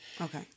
Okay